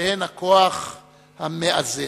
שהן "הכוח המאזן".